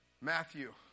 Matthew